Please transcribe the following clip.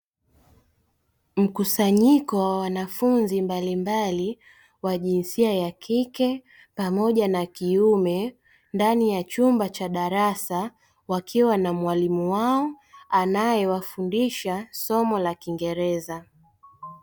Mkusanyiko wa wanafunzi mbalimbali wa jinsia ya kike pamoja na kiume, ndani ya chumba cha darasa, wakiwa na mwalimu wao anae wafundisha somo la kiingereza.